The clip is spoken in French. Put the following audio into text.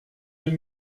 deux